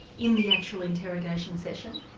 in the actual interrogation session?